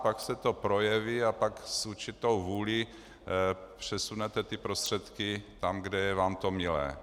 Pak se to projeví a pak s určitou vůlí přesunete prostředky tam, kde je vám to milé.